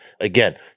Again